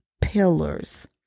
pillars